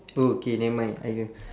oh okay never mind I c~